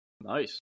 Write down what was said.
Nice